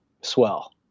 swell